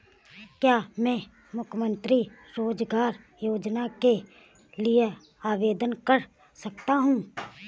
क्या मैं मुख्यमंत्री रोज़गार योजना के लिए आवेदन कर सकता हूँ?